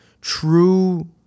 true